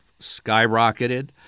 skyrocketed